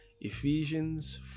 ephesians